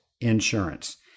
insurance